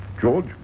George